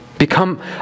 Become